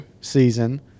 season